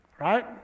Right